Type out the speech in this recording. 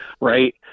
right